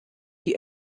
die